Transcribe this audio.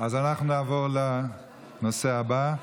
אז אנחנו נעבור לנושא הבא.